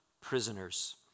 prisoners